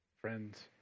friends